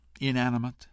inanimate